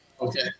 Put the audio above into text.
Okay